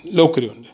लवकर येऊ द्या